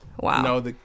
Wow